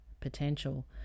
potential